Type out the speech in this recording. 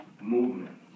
movement